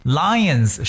lions